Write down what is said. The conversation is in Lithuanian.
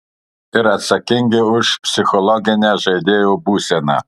ir atsakingi už psichologinę žaidėjų būseną